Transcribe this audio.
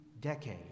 decade